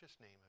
name